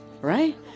right